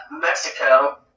Mexico